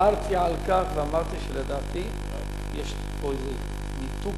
בנושא הדיור הערתי ואמרתי שלדעתי יש פה איזה ניתוק